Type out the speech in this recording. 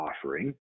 offering